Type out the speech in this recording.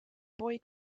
boy